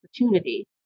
opportunity